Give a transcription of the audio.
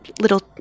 little